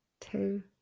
two